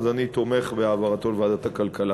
אני תומך בהעברתו לוועדת הכלכלה.